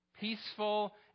Peaceful